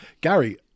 Gary